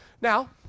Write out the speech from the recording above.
Now